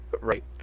right